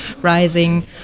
rising